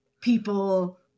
people